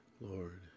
Lord